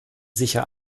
sicher